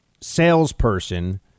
salesperson